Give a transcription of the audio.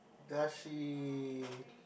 does she